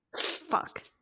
fuck